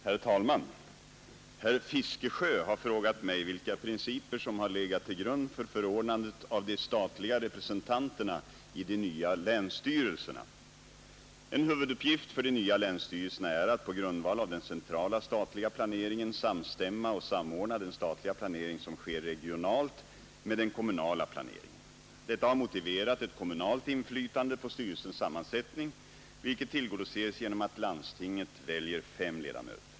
Herr talman! Herr Fiskesjö har frågat mig vilka principer som har legat till grund för förordnandet av de statliga representanterna i de nya länsstyrelserna. En huvuduppgift för de nya länsstyrelserna är att på grundval av den centrala statliga planeringen samstämma och samordna den statliga planering som sker regionalt med den kommunala planeringen. Detta har motiverat ett kommunalt inflytande på styrelsens sammansättning, vilket tillgodoses genom att landstinget väljer fem ledamöter.